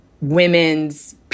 women's